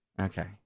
Okay